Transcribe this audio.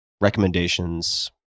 recommendations